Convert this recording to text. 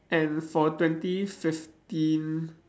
and for twenty fifteen